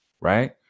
right